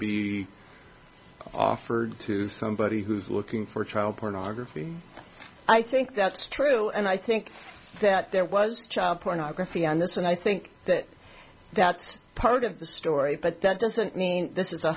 be offered to somebody who's looking for child pornography i think that's true and i think that there was child pornography on this and i think that that's part of the story but that doesn't mean this is